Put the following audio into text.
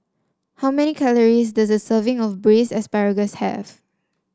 how many calories does a serving of Braised Asparagus have